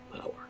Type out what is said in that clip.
power